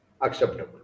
acceptable